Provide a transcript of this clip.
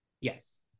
Yes